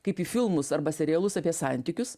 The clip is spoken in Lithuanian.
kaip į filmus arba serialus apie santykius